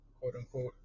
quote-unquote